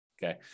Okay